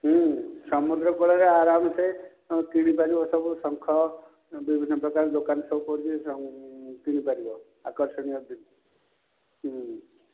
ସମୁଦ୍ର କୂଳରେ ଅରାମ୍ସେ କିଣି ପାରିବ ସବୁ ଶଙ୍ଖ ବିଭିନ୍ନପ୍ରକାର ଦୋକାନ ସବୁ ପଡ଼ିଛି କିଣି ପାରିବ ଆକର୍ଷଣୀୟ